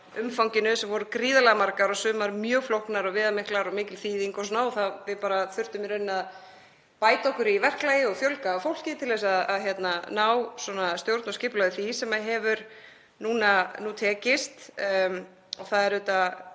umfanginu, þær voru gríðarlega margar og sumar mjög flóknar og viðamiklar og mikil þýðing og við þurftum í rauninni að bæta okkur í verklagi og fjölga fólki til að ná stjórn og skipulagi á því sem hefur núna tekist. Það er auðvitað